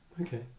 Okay